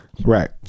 Right